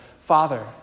Father